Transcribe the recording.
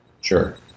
Sure